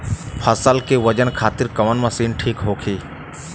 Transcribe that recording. फसल के वजन खातिर कवन मशीन ठीक होखि?